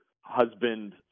husband